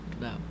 No